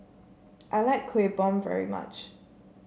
I like Kuih Bom very much